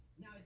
Now